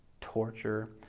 torture